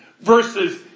versus